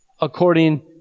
according